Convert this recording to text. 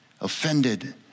offended